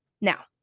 now